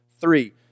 Three